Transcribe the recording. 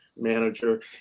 manager